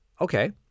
Okay